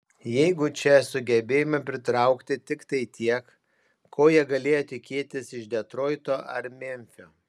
jeigu čia sugebėjome pritraukti tiktai tiek ko jie galėjo tikėtis iš detroito ar memfio